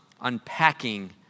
unpacking